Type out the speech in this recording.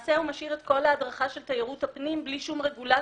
למעשה הוא משאיר את כל ההדרכה של תיירות הפנים בלי שום רגולציה,